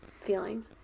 feeling